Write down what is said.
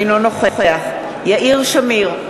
אינו נוכח יאיר שמיר,